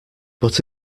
but